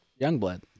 Youngblood